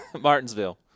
Martinsville